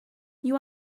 you